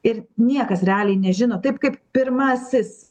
ir niekas realiai nežino taip kaip pirmasis